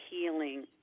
healing